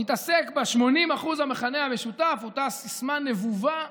נתעסק ב-80% המכנה המשותף, אותה סיסמה נבובה.